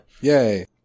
yay